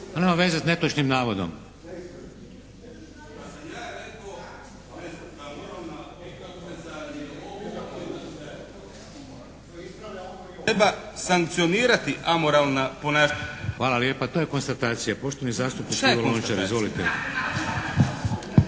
Hvala lijepa. To je konstatacija.